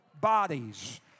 bodies